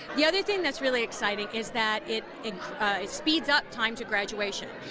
the other thing that's really exciting is that it speeds up time to graduation,